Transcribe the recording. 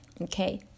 okay